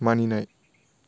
मानिनाय